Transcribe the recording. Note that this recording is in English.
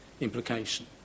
implication